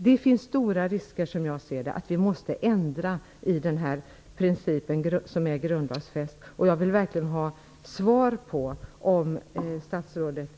Som jag ser det finns det stora risker att vi måste ändra i den för oss grundlagsfästa principen. Jag vill ha svar på om statsrådet